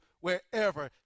wherever